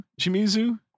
Shimizu